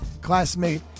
classmate